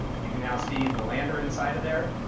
you can now see the lander inside of there.